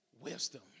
wisdom